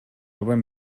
албайм